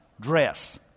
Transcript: dress